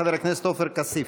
חבר הכנסת עופר כסיף.